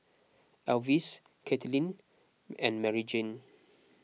Elvis Caitlynn and Maryjane